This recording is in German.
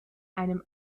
einem